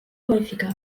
häufiger